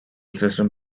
system